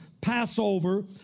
Passover